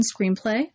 screenplay